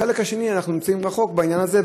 בחלק השני אנחנו נמצאים רחוק מהעניין הזה,